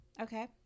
Okay